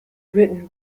written